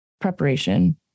preparation